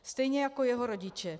Stejně jako jeho rodiče.